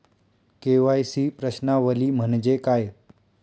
KYC प्रश्नावली म्हणजे काय?